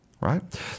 right